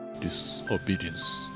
disobedience